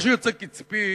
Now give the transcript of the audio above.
מה שיוצא קצפי